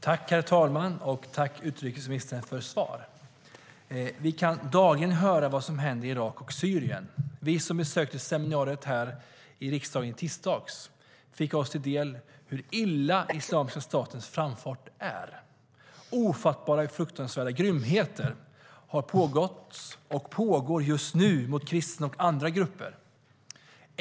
Herr talman! Jag tackar utrikesministern för svaret. Vi kan dagligen höra vad som händer i Irak och Syrien, och vi som besökte seminariet i riksdagen i tisdags fick oss till del hur illa Islamiska statens framfart är. Ofattbara och fruktansvärda grymheter har pågått och pågår just nu mot kristna och andra grupper.